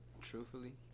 Truthfully